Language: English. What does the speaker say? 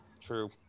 True